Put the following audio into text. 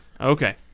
Okay